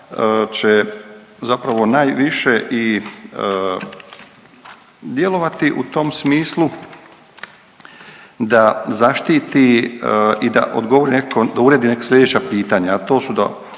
će zapravo najviše i djelovati u tom smislu da zaštiti i da odgovori nekako, uredi neka slijedeća pitanja, a to su da